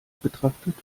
betrachtet